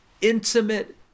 intimate